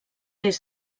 des